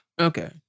Okay